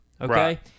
Okay